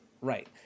Right